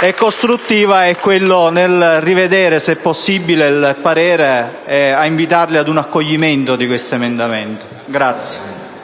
e costruttiva, a rivedere se possibile il parere, invitando ad un accoglimento di questo emendamento. Ne